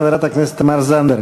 חברת הכנסת תמר זנדברג.